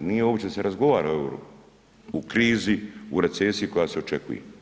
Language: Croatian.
nije uopće da se razgovara o euru, u krizi u recesiji koja se očekuje.